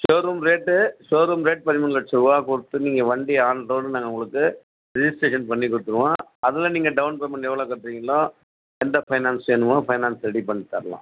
show room rate show room rate பதிமூணு லட்சம் ரூபா கொடுத்து நீங்கள் வண்டியை ஆன் ரோடு நாங்கள் உங்களுக்கு ரிஜிஸ்ட்ரேஷன் பண்ணி கொடுத்துருவோம் அதில் நீங்கள் டவுன் பேமெண்ட் எவ்வளோ கட்டுறீங்களோ எந்த ஃபைனான்ஸ் வேணுமோ ஃபைனான்ஸ் ரெடி பண்ணித் தரலாம்